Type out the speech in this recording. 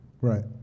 right